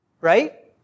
right